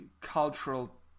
cultural